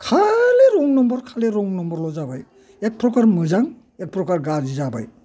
खालि रं नाम्बार खालि रं नाम्बार ल' जाबाय एक प्रकार मोजां एक प्रकार गाज्रि जाबाय